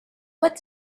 what